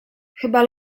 chyba